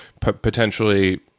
potentially